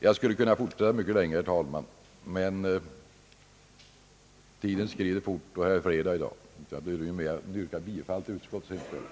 Jag skulle kunna fortsätta mycket längre, herr talman, men tiden skrider fort och det är fredag i dag. Därför inskränker jag mig till detta och ber att få yrka bifall till utskottets hemställan.